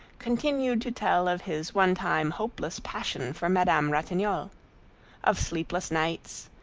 continued to tell of his one time hopeless passion for madame ratignolle of sleepless nights,